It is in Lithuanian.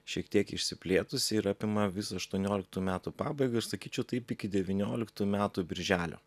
šiek tiek išsiplėtusi ir apima visą aštuonioliktų metų pabaigą aš sakyčiau taip iki devynioliktų metų birželio